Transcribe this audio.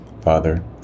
Father